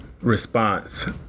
response